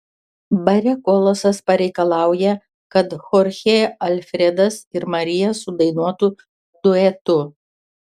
bare kolosas pareikalauja kad chorchė alfredas ir marija sudainuotų duetu